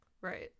Right